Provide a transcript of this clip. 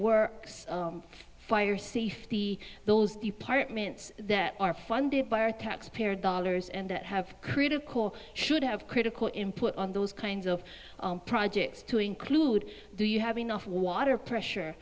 works fire safety those departments that are funded by taxpayer dollars and that have creative corps should have critical input on those kinds of projects to include do you have enough water pressure